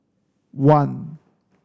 one